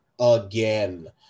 again